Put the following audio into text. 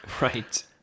Right